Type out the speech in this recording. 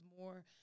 more